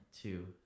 two